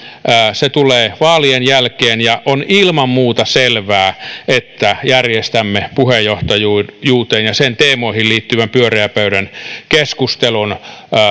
se tulee vaalien jälkeen ja on ilman muuta selvää että järjestämme puheenjohtajuuteen ja sen teemoihin liittyvän pyöreän pöydän keskustelun